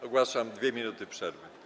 Ogłaszam 2 minuty przerwy.